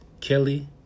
Kelly